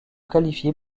qualifiées